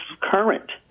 current